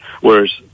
whereas